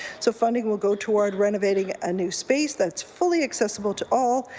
so funding will go toward renovating a new space that is fully accessible to all,